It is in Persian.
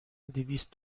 دویست